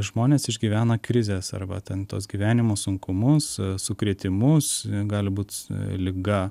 žmonės išgyvena krizes arba ten tuos gyvenimo sunkumus sukrėtimus gali būt liga